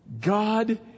God